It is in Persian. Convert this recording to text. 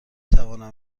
توانم